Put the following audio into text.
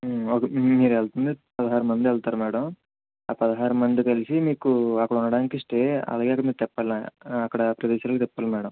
okay మీరు వెళ్తున్నది పదహారు మంది వెళ్తారు మేడం ఆ పదహారు మంది కలిసి మీకు అక్కడ ఉండడానికి స్టే అలాగే మీకు తిప్పాలి అక్కడ ఆ ప్రదేశాలు తిప్పాలి మేడం